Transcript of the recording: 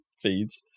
feeds